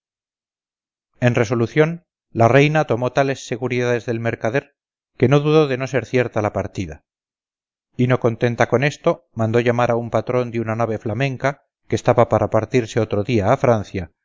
en resolución la reina tomó tales seguridades del mercader que no dudó de no ser cierta la partida y no contenta con esto mandó llamar a un patrón de una nave flamenca que estaba para partirse otro día a francia